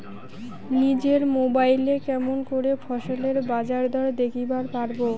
নিজের মোবাইলে কেমন করে ফসলের বাজারদর দেখিবার পারবো?